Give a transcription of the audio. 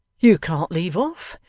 you can't leave off,